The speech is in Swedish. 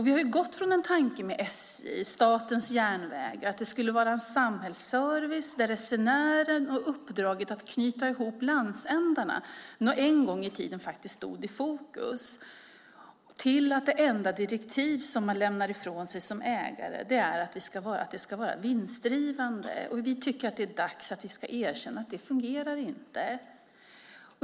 Vi har gått från tanken att SJ, Statens järnvägar, skulle vara en samhällsservice, där resenären och uppdraget att knyta ihop landsändarna en gång i tiden faktiskt stod i fokus, till att det enda direktiv som man lämnar ifrån sig som ägare är att det ska vara vinstdrivande. Vi tycker att det är dags att erkänna att det inte fungerar.